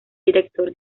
director